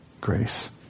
grace